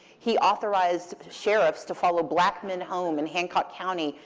he authorized sheriffs to follow black men home in hancock county,